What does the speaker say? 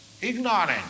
ignorant